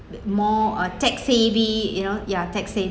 more uh tech-savvy you know ya tech